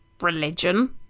religion